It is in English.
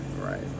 Right